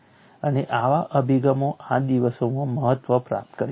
અને આવા અભિગમો આ દિવસોમાં મહત્વ પ્રાપ્ત કરી રહ્યા છે